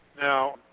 Now